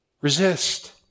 Resist